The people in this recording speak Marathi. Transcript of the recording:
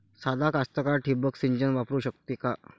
सादा कास्तकार ठिंबक सिंचन वापरू शकते का?